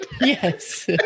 Yes